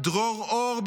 דרור אור,